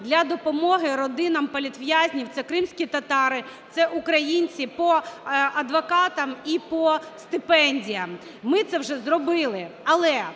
для допомоги родинам політв'язнів – це кримські татари, це українці – по адвокатам і по стипендіям. Ми це вже зробили. Але